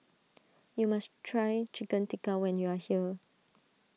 you must try Chicken Tikka when you are here